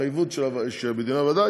בהתחייבות בדיוני הוועדה,